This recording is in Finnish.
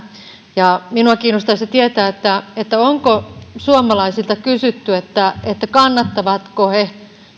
ja minua kiinnostaisi tietää onko suomalaisilta kysytty kannattavatko he